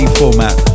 format